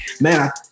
man